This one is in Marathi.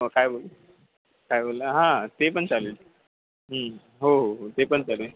हो काय बोलले काय बोलला हां ते पण चालेल हो हो हो ते पण चालेल